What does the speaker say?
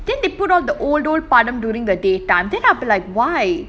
then they put all the old old படம்:padam during the daytime then I'll be like why